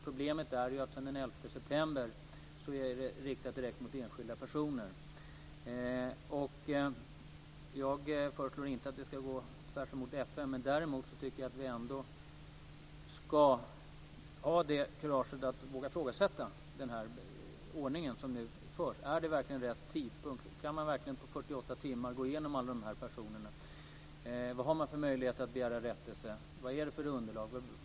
Problemet är att detta sedan den 11 september är riktat direkt mot enskilda personer. Jag föreslår inte att vi ska gå tvärtemot FN. Däremot tycker jag att vi ska ha kurage, att vi ska våga, att ifrågasätta den ordning som nu förs. Är det verkligen rätt tidpunkt? Kan man verkligen på 48 timmar gå igenom alla de här personerna? Vad har man för möjlighet att begära rättelse? Vad är det för underlag?